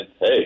hey